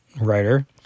writer